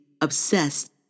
obsessed